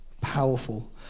powerful